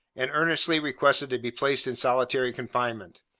and earnestly requested to be placed in solitary confinement.